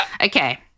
Okay